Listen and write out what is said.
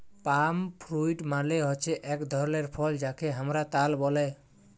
পাম fruit মালে হচ্যে এক ধরলের ফল যাকে হামরা তাল ব্যলে